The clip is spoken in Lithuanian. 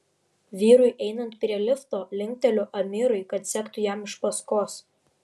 vyrui einant prie lifto linkteliu amirui kad sektų jam iš paskos